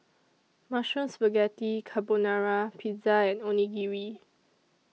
Mushroom Spaghetti Carbonara Pizza and Onigiri